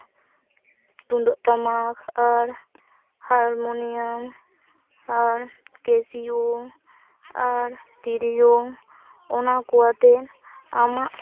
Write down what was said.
ᱛᱩᱢᱫᱟᱹᱜ ᱴᱟᱢᱟᱠ ᱟᱨ ᱦᱟᱨᱢᱳᱱᱤᱭᱟᱢ ᱟᱨ ᱠᱮᱥᱤᱭᱳ ᱟᱨ ᱛᱤᱨᱭᱳ ᱚᱱᱟ ᱠᱚᱣᱟᱛᱮ ᱟᱢᱟᱜ